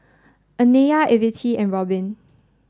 Anaya Evette and Robin